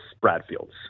Bradfield's